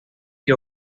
que